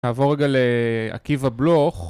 נעבור רגע לעקיבא בלוך